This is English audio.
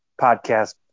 podcast